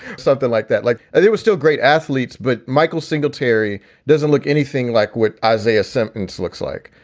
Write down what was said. something like that, like it was still great athletes. but michael singletary doesn't look anything like what isaiah symptons looks like.